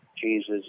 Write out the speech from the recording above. Jesus